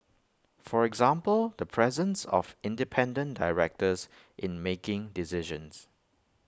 for example the presence of independent directors in making decisions